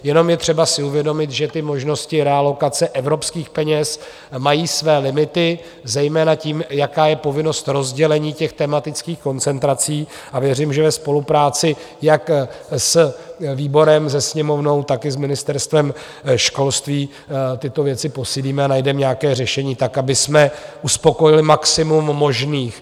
Jenom je třeba si uvědomit, že možnosti realokace evropských peněz mají své limity zejména tím, jaká je povinnost rozdělení tematických koncentrací, a věřím, že ve spolupráci jak s výborem, se Sněmovnou, tak i s Ministerstvem školství tyto věci posílíme a najdeme nějaké řešení tak, abychom uspokojili maximum možných.